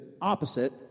opposite